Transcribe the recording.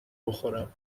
بخورم